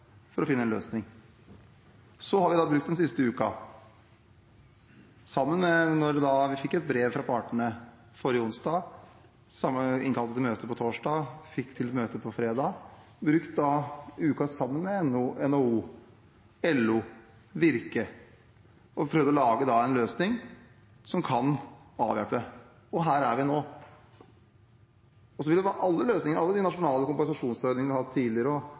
brev fra partene forrige onsdag, innkalte til et møte på onsdag, fikk til et møte på fredag og har brukt uka sammen med NHO, LO og Virke for å prøve å lage en løsning som kan avhjelpe – og her er vi nå. Og alle løsningene, alle de nasjonale kompensasjonsordningene vi har hatt tidligere, osv., har hatt sine styrker og